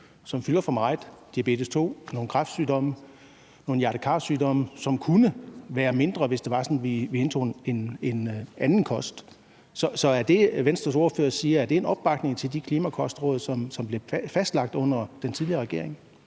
som fylder for meget – diabetes 2, nogle kræftsygdomme og nogle hjerte-kar-sygdomme, som kunne fylde mindre, hvis det var sådan, at vi indtog en anden kost. Så er det, Venstres ordfører siger, en opbakning til de klimakostråd, som blev fastlagt under den tidligere regering?